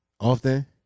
Often